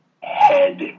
head